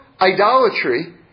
idolatry